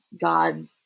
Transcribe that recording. God